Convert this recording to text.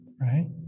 right